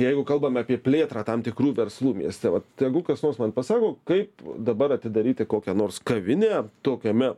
jeigu kalbame apie plėtrą tam tikrų verslų mieste vat tegu kas nors man pasako kaip dabar atidaryti kokią nors kavinę tokiame